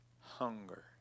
hunger